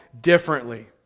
differently